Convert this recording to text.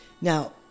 Now